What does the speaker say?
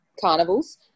carnivals